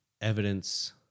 evidence